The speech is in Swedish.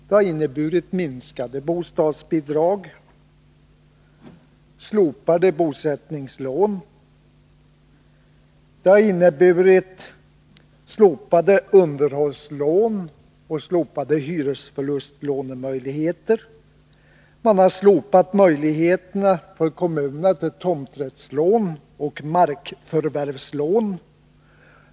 Det har inneburit minskade bostadsbidrag, slopade bosättningslån, slopade underhållslån, slopade hyresförlustlånemöjligheter. Man har slopat möjligheterna för kommunerna till tomträttslån och markförvärvslån.